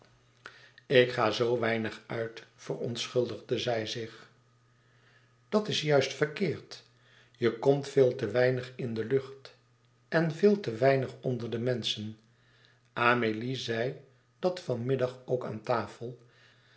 ik ga zoo weinig uit verontschuldigde zij zich dat is juist verkeerd je komt veel te weinig in de lucht en veel te weinig onder de menschen amélie zei dat van middag ook aan tafel